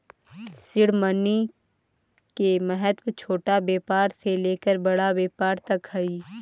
seed money के महत्व छोटा व्यापार से लेकर बड़ा व्यापार तक हई